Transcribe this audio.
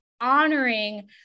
honoring